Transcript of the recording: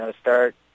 start